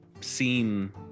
seen